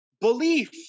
belief